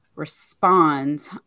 Respond